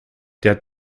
der